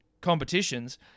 competitions